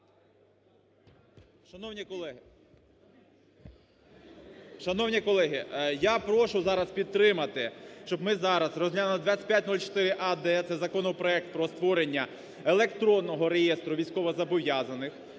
шановні колеги, я прошу зараз підтримати, щоб ми зараз розглянули 2504а-д, це законопроект про створення електронного реєстр військовозобов'язаних.